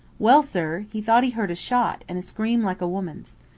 well, sir, he thought he heard a shot, and a scream like a woman's.